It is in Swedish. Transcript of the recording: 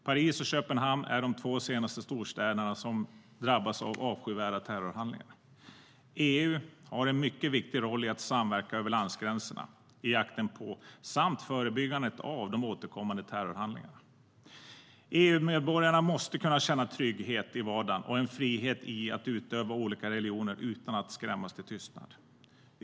Paris och Köpenhamn är de två senaste storstäderna som drabbats av avskyvärda terrorhandlingar. EU har en mycket viktig roll i att samverka över landgränserna i jakten på samt förebyggandet av de återkommande terrorhandlingarna.EU-medborgarna måste kunna känna trygghet i vardagen och en frihet att utöva olika religioner utan att skrämmas till tystnad.